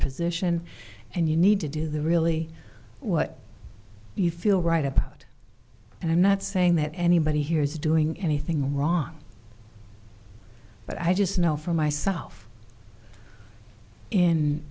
position and you need to do the really what you feel right about and i'm not saying that anybody here is doing anything wrong but i just know for myself in